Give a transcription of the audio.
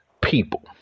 people